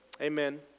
Amen